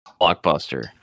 blockbuster